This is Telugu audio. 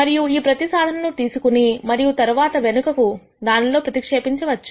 మరియు ఈ ప్రతి సాధనను తీసుకుని మరియు తరువాత వెనుకకు దానిలో ప్రతిక్షేపించవచ్చు